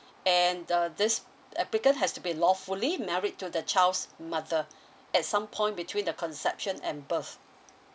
and the this applicant has to be lawfully married to the child's mother at some point between the conception and birth